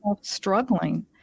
struggling